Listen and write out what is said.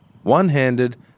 One-handed